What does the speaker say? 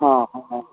अऽ हँ हँ